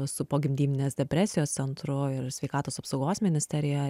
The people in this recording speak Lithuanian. su pogimdyminės depresijos centru ir sveikatos apsaugos ministerija